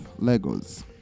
Legos